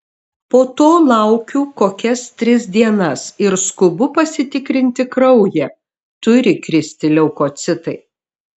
po to laukiu kokias tris dienas ir skubu pasitikrinti kraują turi kristi leukocitai